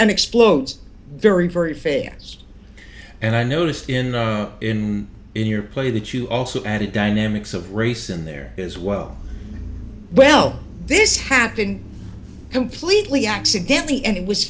and explodes very very fair and i noticed in your play that you also added dynamics of race in there as well well this happened completely accidentally and it was